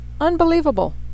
Unbelievable